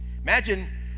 imagine